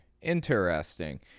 Interesting